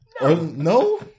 No